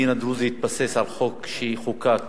הדין הדרוזי התבסס על חוק שחוקק